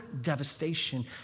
devastation